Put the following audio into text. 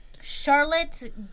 Charlotte